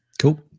Cool